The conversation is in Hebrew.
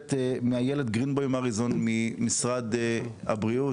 מאיילת גרינבאום אריזון ממשרד הבריאות,